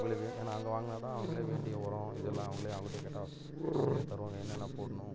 அவங்களுக்கு அதே நாங்கள் வாங்கினாதான் அவங்களே வேண்டிய உரம் இதெல்லாம் அவங்களே அவங்கள்ட்ட கேட்டால் அவங்களே தருவாங்க என்னென்ன போடணும்